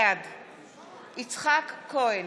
בעד יצחק כהן,